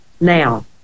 now